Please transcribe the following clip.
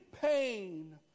pain